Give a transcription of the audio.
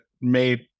made